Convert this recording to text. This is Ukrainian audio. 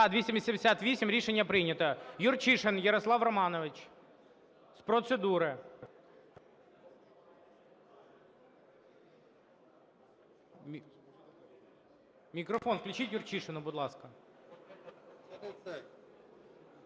За-288 Рішення прийнято. Юрчишин Ярослав Романович – з процедури. Мікрофон включіть Юрчишину, будь ласка.